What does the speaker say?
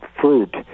fruit